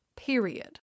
Period